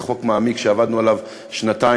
זה חוק מעמיק שעבדנו עליו שנתיים.